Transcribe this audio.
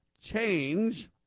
change